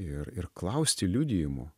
ir ir klausti liudijimų